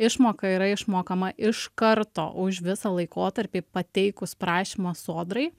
išmoka yra išmokama iš karto už visą laikotarpį pateikus prašymą sodrai